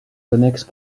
connexe